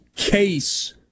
case